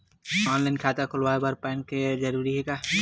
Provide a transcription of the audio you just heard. Online खाता खुलवाय बर पैन जरूरी हे का?